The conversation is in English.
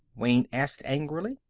wayne asked angrily.